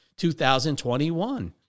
2021